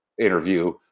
interview